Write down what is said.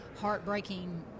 Heartbreaking